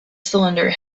cylinder